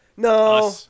No